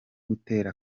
gutera